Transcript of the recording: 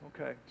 okay